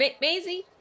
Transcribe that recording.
Maisie